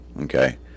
okay